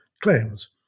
claims